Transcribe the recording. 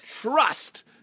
trust